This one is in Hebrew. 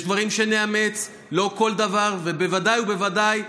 יש דברים שנאמץ, לא כל דבר, בוודאי ובוודאי.